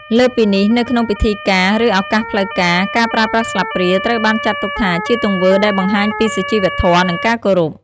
លើសពីនេះ នៅក្នុងពិធីការ ឬឱកាសផ្លូវការ ការប្រើប្រាស់ស្លាបព្រាត្រូវបានចាត់ទុកថាជាទង្វើដែលបង្ហាញពីសុជីវធម៌ និងការគោរព។